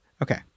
Okay